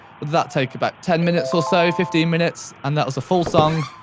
what that take about ten minutes or so fifteen minutes and that was a full song,